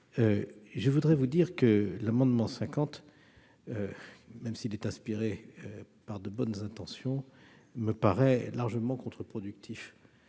la commission des lois. L'amendement n° 50, même s'il est inspiré par de bonnes intentions, me paraît largement contre-productif.